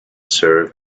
serve